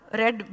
red